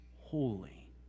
holy